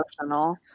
emotional